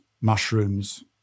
mushrooms